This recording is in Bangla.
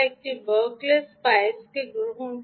এটি বার্কলে স্পাইসকে গ্রহণ করে